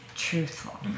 Truthful